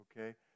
okay